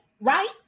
right